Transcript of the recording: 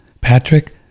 Patrick